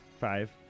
Five